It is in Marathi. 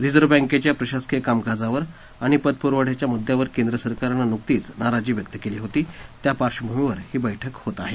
रिझर्व्ह बँकेच्या प्रशासकीय कामकाजावर आणि पतपुरवठ्याच्या मुद्यावर केंद्र सरकारनं नुकतीच नाराजी व्यक्त केली होती त्या पार्श्वभूमीवर ही बैठक होत आहे